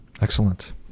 Excellent